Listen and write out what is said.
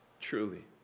Truly